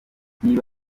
niba